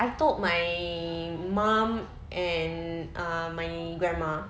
I told my mum and uh my grandma